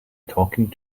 talking